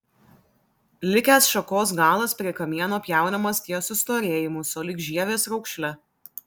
likęs šakos galas prie kamieno pjaunamas ties sustorėjimu sulig žievės raukšle